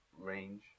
range